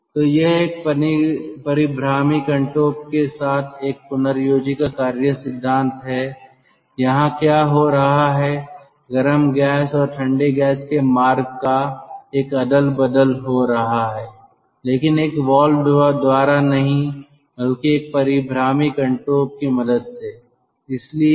तो यह एक परीभ्रामी हुड के साथ एक पुनर्योजी का कार्य सिद्धांत है यहां क्या हो रहा है गर्म गैस और ठंडे गैस के मार्ग का एक अदल बदल हो रहा है लेकिन एक वाल्व द्वारा नहीं बल्कि एक परीभ्रामी कनटोप या हुड की मदद से